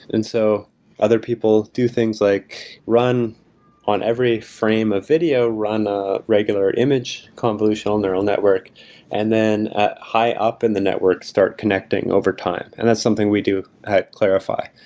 and so other people do things like run on every frame of video, run a regular image convolution neural network and then high up in the network start connecting overtime. and that's something we do at clarifai.